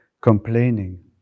complaining